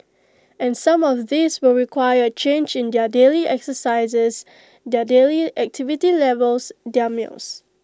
and some of these will require A change in their daily exercises their daily activity levels their meals